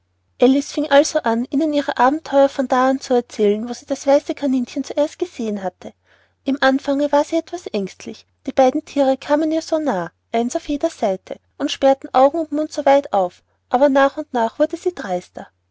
fing also an ihnen ihre abenteuer von da an zu erzählen wo sie das weiße kaninchen zuerst gesehen hatte im anfange war sie etwas ängstlich die beiden thiere kamen ihr so nah eins auf jeder seite und sperrten augen und mund so weit auf aber nach und nach wurde sie dreister